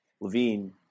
Levine